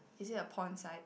is it a porn site